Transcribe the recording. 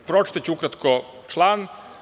Pročitaću ukratko član.